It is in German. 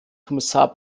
kommissar